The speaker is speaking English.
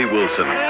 Wilson